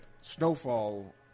snowfall